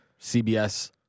CBS